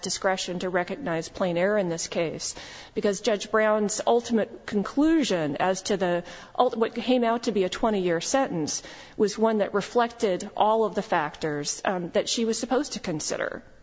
discretion to recognize plain error in this case because judge brown's ultimate conclusion as to the what came out to be a twenty year sentence was one that reflected all of the factors that she was supposed to consider